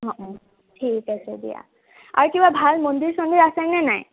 অঁ অঁ ঠিক আছে দিয়া আৰু কিবা ভাল মন্দিৰ চন্দিৰ আছেনে নাই